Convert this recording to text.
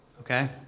okay